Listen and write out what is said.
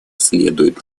следует